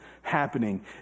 happening